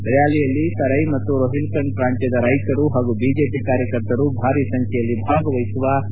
ಈ ರ್ಕಾಲಿಯಲ್ಲಿ ತೆರೈ ಮತ್ತು ರೋಹಿಲ್ಖಂಡ್ ಪ್ರಾಂತ್ಯದ ರೈತರು ಹಾಗೂ ಬಿಜೆಪಿ ಕಾರ್ಯಕರ್ತರು ಭಾರೀ ಸಂಖ್ಯೆಯಲ್ಲಿ ಭಾಗವಹಿಸುವ ಸಾಧ್ಯತೆಯಿದೆ